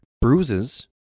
bruises